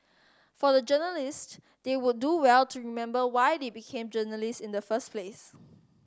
for the journalists they would do well to remember why they become journalists in the first place